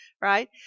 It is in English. right